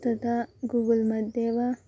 तदा गूगल्मध्ये वा